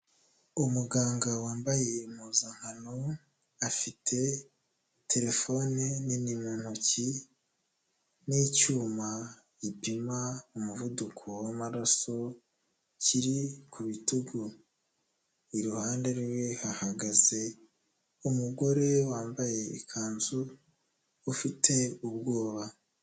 Umuganga wambaye impuzankano, afite terefone nini mu ntoki n'icyuma gipima umuvuduko w'amaraso kiri ku bitugu, iruhande rwe hahagaze umugore wambaye ikanzu ufite ubwoba.